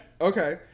Okay